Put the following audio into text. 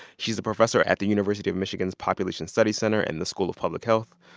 she's a professor at the university of michigan's population studies center in the school of public health.